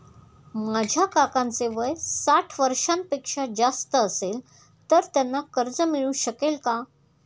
माझ्या काकांचे वय साठ वर्षांपेक्षा जास्त असेल तर त्यांना कर्ज मिळू शकेल का?